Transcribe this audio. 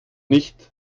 nicht